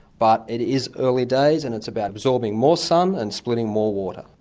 but it is early days and it's about absorbing more sun and splitting more water.